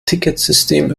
ticketsystem